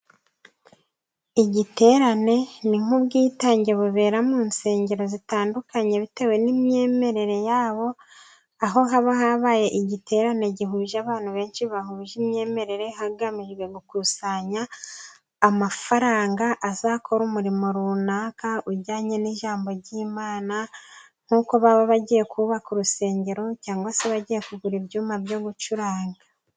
Igiterane ni nk'ubwitange bubera mu nsengero zitandukanye bitewe n'imyemerere yabo, aho haba habaye igiterane gihuje abantu benshi bahuje imyemerere, hagamijwe gukusanya amafaranga azakora umurimo runaka, ujyanye n'ijambo ry'Imana nk'uko baba bagiye kubaka urusengero, cyangwa se bagiye kugura ibyuma byo gucuranga.